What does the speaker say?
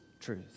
truth